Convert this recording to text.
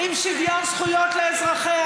שומרים